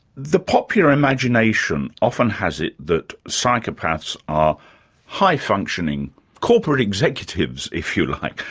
the popular imagination often has it that psychopaths are high-functioning corporate executives, if you like,